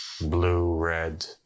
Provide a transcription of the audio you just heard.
blue-red